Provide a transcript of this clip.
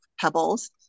pebbles